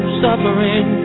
suffering